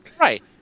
Right